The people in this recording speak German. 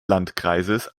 landkreises